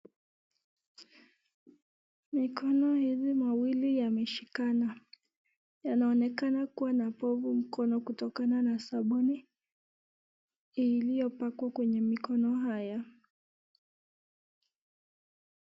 Mikono hizi mawili yameshikana yanaonekana kua na povu mkono kutoka na sabuni iliyopakwa kwenye mikono haya.